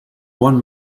one